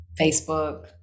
Facebook